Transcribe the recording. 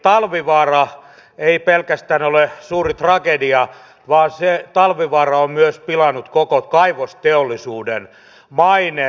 talvivaara ei pelkästään ole suuri tragedia vaan talvivaara on myös pilannut koko kaivosteollisuuden maineen